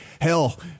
hell